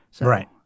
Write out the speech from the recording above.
Right